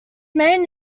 main